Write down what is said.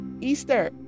easter